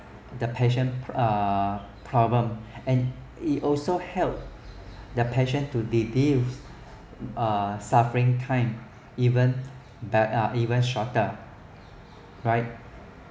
the patient's uh problem and it also helps the patient to relief uh suffering time even uh even shorter right